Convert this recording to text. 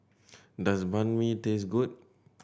does Banh Mi taste good